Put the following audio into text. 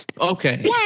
Okay